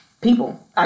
people